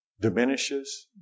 diminishes